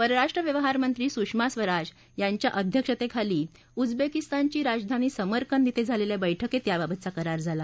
परराष्ट्र व्यवहार मंत्री सुषमा स्वराज यांच्या अध्यक्षतेखाली उझबेकिस्तानची राजधानी समरकंद श्रे झालेल्या बैठकीत याबाबतचा करार झाला